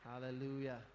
Hallelujah